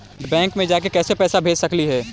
Bank मे जाके कैसे पैसा भेज सकली हे?